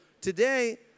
Today